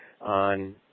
on